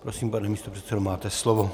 Prosím, pane místopředsedo, máte slovo.